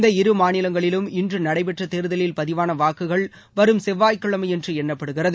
இந்த இரு மாநிலங்களிலும் இன்று நடைபெற்ற தேர்தலில் பதிவாள வாக்குகள் வரும் செவ்வாய்கிழமையன்று எண்ணப்படுகிறது